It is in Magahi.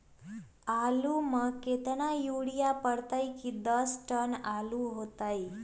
आलु म केतना यूरिया परतई की दस टन आलु होतई?